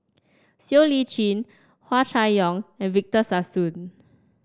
Siow Lee Chin Hua Chai Yong and Victor Sassoon